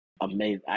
amazing